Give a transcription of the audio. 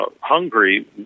Hungary